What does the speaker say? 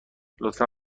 لطفا